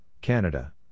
Canada